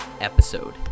episode